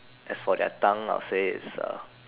as for their tongue I'll say it's a